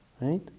Right